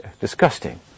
disgusting